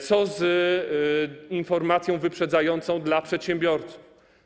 Co z informacją wyprzedzającą dla przedsiębiorców?